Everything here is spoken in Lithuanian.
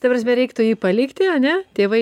ta prasme reiktų jį palikti ane tėvai